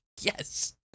Yes